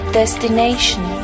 destination